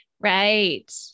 Right